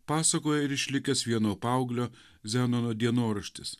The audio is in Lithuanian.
pasakoja ir išlikęs vieno paauglio zenono dienoraštis